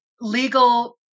legal